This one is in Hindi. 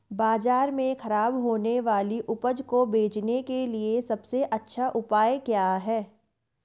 बाजार में खराब होने वाली उपज को बेचने के लिए सबसे अच्छा उपाय क्या हैं?